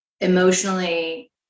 emotionally